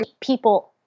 people